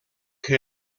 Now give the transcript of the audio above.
que